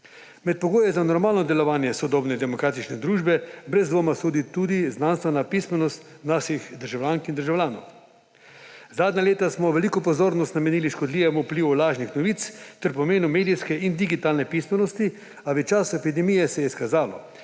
Med pogoje za normalno delovanje sodobne demokratične družbe brez dvoma sodi tudi znanstvena pismenost naših državljank in državljanov. Zadnja leta smo veliko pozornosti namenili škodljivemu vplivu lažnih novic ter pomenu medijske in digitalne pismenosti, a v času epidemije se je izkazalo,